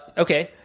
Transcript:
okay.